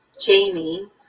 Jamie